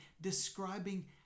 describing